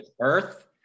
earth